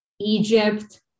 Egypt